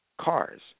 cars